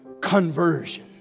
conversion